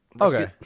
okay